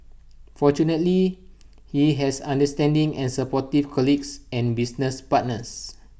fortunately he has understanding and supportive colleagues and business partners